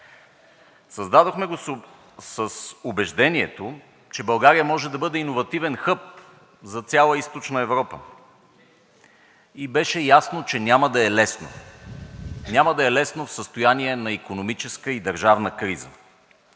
Създадохме го с убеждението, че България може да бъде иновативен хъб за цяла Източна Европа, и беше ясно, че няма да е лесно. Няма да е лесно в състояние на икономическа и държавна криза.